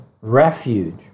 refuge